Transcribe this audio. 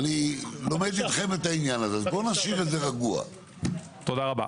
גם אני מייצג ציבור שדרך